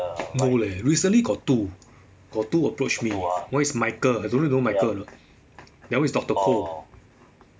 no leh recently got two got two approach me one is michael I don't know whether you know michael or not the other one is doctor koh